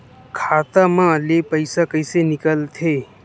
खाता मा ले पईसा कइसे निकल थे?